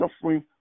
suffering